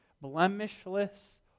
blemishless